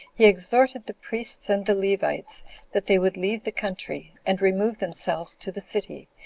he exhorted the priests and the levites that they would leave the country, and remove themselves to the city,